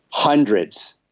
hundreds.